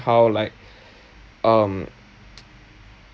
how like um